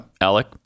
Alec